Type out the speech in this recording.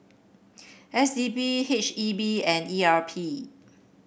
S D P H E B and E R P